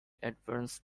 advanced